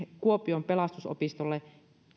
kuopion pelastusopistolle